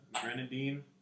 grenadine